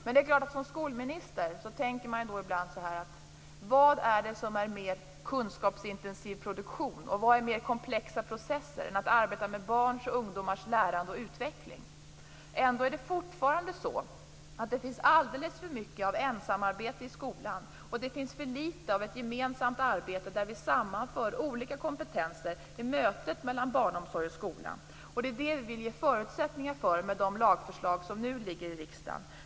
Men det är klart att som skolminister tänker man då ibland: Vad är mer kunskapsintensiv produktion, och vad är mer komplexa processer, än att arbeta med barns och ungdomars lärande och utveckling? Ändå är det fortfarande så att det finns alldeles för mycket av ensamarbete i skolan, och det finns för litet av ett gemensamt arbete där vi sammanför olika kompetenser i mötet mellan barnomsorg och skola. Det är det vi vill ge förutsättningar för med de lagförslag som nu ligger framme i riksdagen.